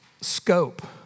scope